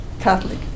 Catholic